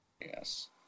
yes